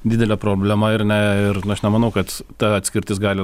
didelė problema ir ne ir aš nemanau kad ta atskirtis gali